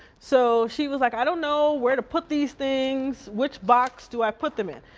so she was like, i don't know where to put these things, which box do i put them in?